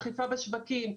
אכיפה בשווקים,